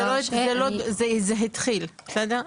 זה לא דובר, זה התחיל, בסדר?